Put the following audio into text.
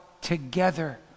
together